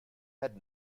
had